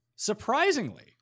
surprisingly